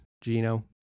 Gino